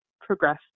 progress